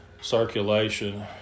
circulation